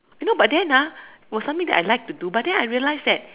you know but then ah for something that I like to do but then I realise that